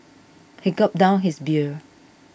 he gulped down his beer